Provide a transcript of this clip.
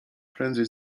prędzej